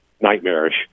nightmarish